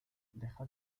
deja